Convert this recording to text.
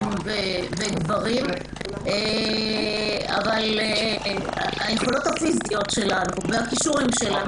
אבל אני בהחלט חושבת שהכישורים שלנו,